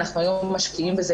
אנחנו היום משקיעים בזה.